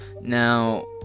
now